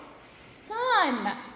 Son